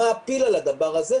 מעפיל על הדבר הזה,